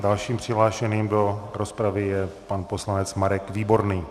Dalším přihlášeným do rozpravy je pan poslanec Marek Výborný.